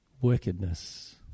Wickedness